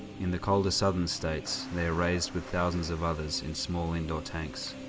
in the colder southern states, they are raised with thousands of others in small indoor tanks.